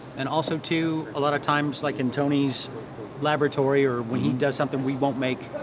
and also too, a lot of times like in tony's laboratory or when he does something we won't make,